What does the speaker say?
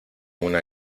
una